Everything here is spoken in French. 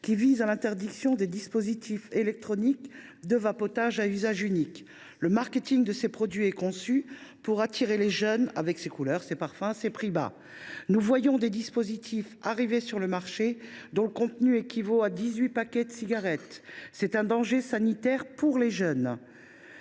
qui vise à l’interdiction des dispositifs électroniques de vapotage à usage unique. Le marketing de ces produits est conçu pour attirer les jeunes, avec ses couleurs, ses parfums et ses prix bas. « Nous voyons des dispositifs arriver sur le marché dont le contenu équivaut à dix huit paquets de cigarettes. C’est un danger sanitaire pour les plus